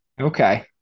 Okay